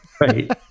Right